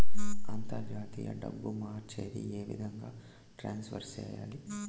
అంతర్జాతీయ డబ్బు మార్చేది? ఏ విధంగా ట్రాన్స్ఫర్ సేయాలి?